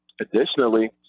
additionally